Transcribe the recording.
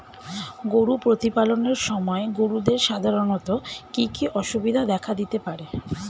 গরু প্রতিপালনের সময় গরুদের সাধারণত কি কি অসুবিধা দেখা দিতে পারে?